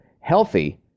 healthy